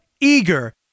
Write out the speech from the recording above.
eager